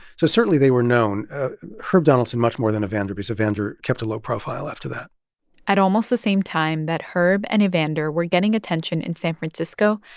so certainly, they were known herb donaldson much more than evander because evander kept a low profile after that at almost the same time that herb and evander were getting attention in san francisco,